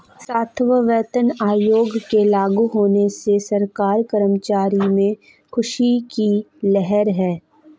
सातवां वेतन आयोग के लागू होने से सरकारी कर्मचारियों में ख़ुशी की लहर है